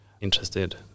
Interested